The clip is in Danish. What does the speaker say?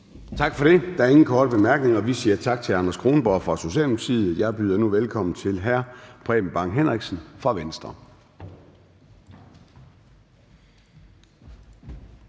Tak for det. Der er ingen korte bemærkninger. Vi siger tak til hr. Anders Kronborg fra Socialdemokratiet. Jeg byder nu velkommen til hr. Preben Bang Henriksen fra Venstre.